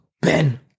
Ben